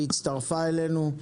הצטרפה אלינו.